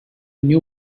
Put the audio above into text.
new